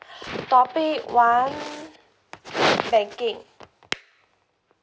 topic one banking